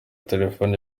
telefoni